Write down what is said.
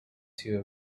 two